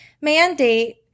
mandate